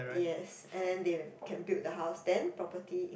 yes and then they can build the house then property